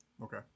Okay